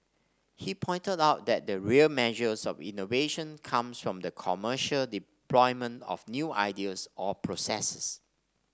he pointed out that the real measures of innovations comes from the commercial deployment of new ideas or processes